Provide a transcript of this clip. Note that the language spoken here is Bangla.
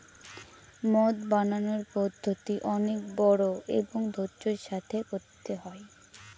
মদ বানানোর পদ্ধতি অনেক বড়ো এবং ধৈর্য্যের সাথে করতে হয়